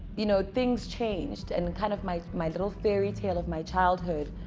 you know things changed and kind of my my little fairy tale of my childhood